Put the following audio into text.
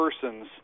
persons